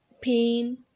pain